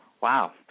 wow